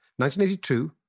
1982